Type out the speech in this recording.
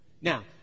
Now